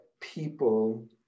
people